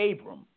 Abram